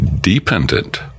dependent